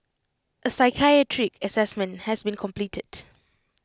A psychiatric Assessment has been completed